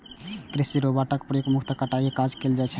कृषि रोबोटक उपयोग मुख्यतः कटाइ के काज मे कैल जाइ छै